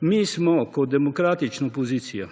Mi smo kot demokratična opozicija,